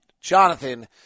Jonathan